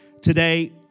Today